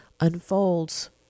unfolds